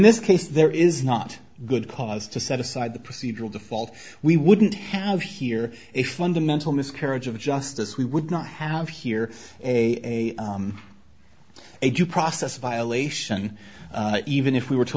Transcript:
this case there is not good cause to set aside the procedural default we wouldn't have here a fundamental miscarriage of justice we would not have here a a due process violation even if we were to